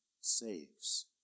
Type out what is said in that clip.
saves